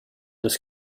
das